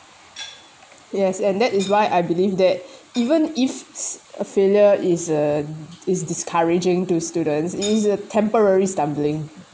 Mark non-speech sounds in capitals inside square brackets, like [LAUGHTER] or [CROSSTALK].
yes and that is why I believe that even if [NOISE] a failure is a is discouraging to students it is a temporary stumbling